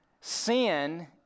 Sin